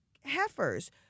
heifers